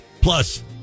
Plus